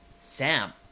Sam